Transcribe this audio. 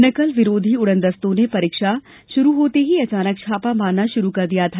नकल विरोधी उड़नदस्तों ने परीक्षा शुरु होते ही अचानक छापा मारना शुरु कर दिया था